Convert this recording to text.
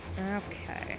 Okay